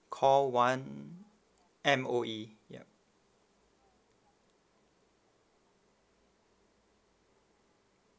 call one M_O_E yup